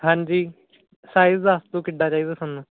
ਹਾਂਜੀ ਸਾਈਜ਼ ਦੱਸ ਦਿਓ ਕਿੱਡਾ ਚਾਹੀਦਾ ਤੁਹਾਨੂੰ